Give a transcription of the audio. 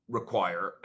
require